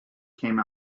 came